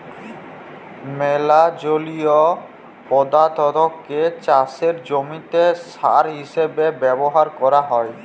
ম্যালা জলীয় পদাথ্থকে চাষের জমিতে সার হিসেবে ব্যাভার ক্যরা হ্যয়